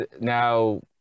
now